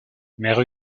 mère